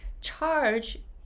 charge